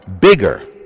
bigger